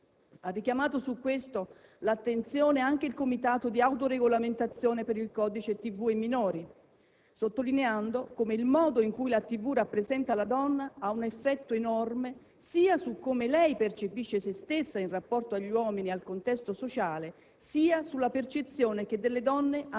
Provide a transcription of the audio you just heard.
Ha richiamato su questo l'attenzione anche il Comitato di applicazione del codice di autoregolamentazione TV e minori, sottolineando come il modo in cui la TV rappresenta la donna ha un effetto enorme sia su come lei percepisce se stessa in rapporto agli uomini e al contesto sociale, sia sulla percezione che delle donne